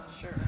Sure